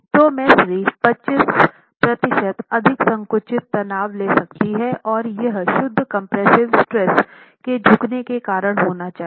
तो मेंसरी 25 प्रतिशत अधिक संकुचित तनाव ले सकती है और यह शुद्ध कम्प्रेस्सिव स्ट्रेस के झुकने के कारण होना चाहिए